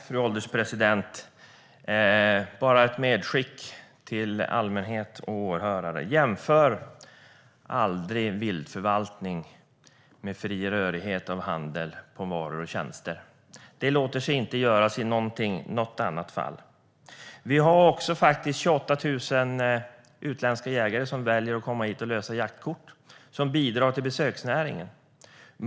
Fru ålderspresident! Jag vill bara göra ett medskick till allmänhet och åhörare: Jämför aldrig viltförvaltning med fri rörlighet för handel med varor och tjänster! Det låter sig inte göra i något annat fall. Vi har faktiskt 28 000 utländska jägare som bidrar till besöksnäringen genom att välja att komma hit och lösa jaktkort.